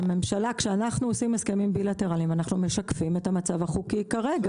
כשאנחנו עושים הסכמים בילטרליים אנחנו משקפים את המצב החוקי כרגע.